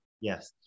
Yes